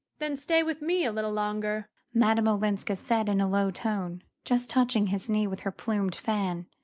then stay with me a little longer, madame olenska said in a low tone, just touching his knee with her plumed fan.